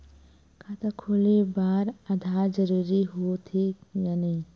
खाता खोले बार आधार जरूरी हो थे या नहीं?